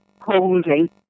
holding